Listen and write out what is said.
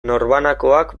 norbanakoak